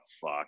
fuck